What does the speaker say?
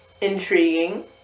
Intriguing